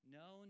no